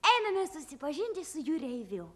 einame susipažinti su jūreiviu